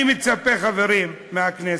אני מצפה, חברים מהכנסת,